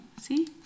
See